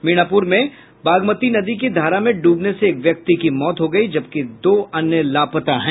मीनापुर में बागमती नदी की धारा में ड्रबने से एक व्यक्ति की मौत हो गयी जबकि दो अन्य लापता हैं